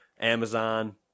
Amazon